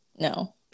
No